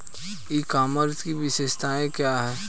E commerce की विशेषताएं क्या हैं?